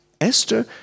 Esther